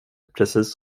precis